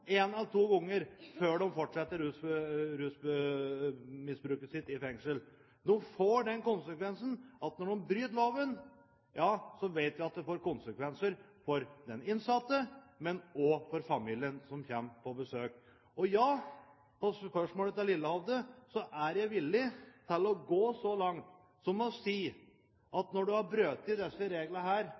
en eller to ganger før de fortsetter rusmisbruket sitt i fengslet. Når de bryter loven, får det konsekvenser for dem selv, og også for familien som kommer på besøk. Og, ja: Når det gjelder spørsmålet til Lillehovde, er jeg villig til å gå så langt som å si at når du har brutt disse